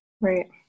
right